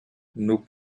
nos